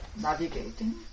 Navigating